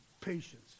patience